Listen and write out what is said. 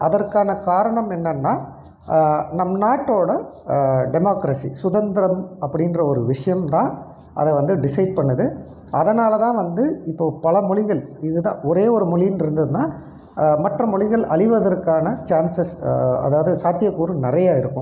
அதற்கான காரணம் என்னென்னா நம் நாட்டோடய டெமாக்ரசி சுதந்திரம் அப்படின்ற ஒரு விஷயம்தான் அதை வந்து டிசைட் பண்ணுது அதனால்தான் வந்து இப்போது பல மொழிகள் இதுதான் ஒரே ஒரு மொழின்ருந்துன்னா மற்ற மொழிகள் அழிவதற்கான சான்சஸ் அதாவது சாத்திய கூறு நிறைய இருக்கும்